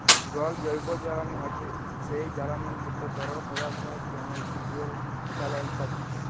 জল জৈবজ্বালানি হছে সেই জ্বালানি যেট তরল পদাথ্থ যেমল ডিজেল, ইথালল ইত্যাদি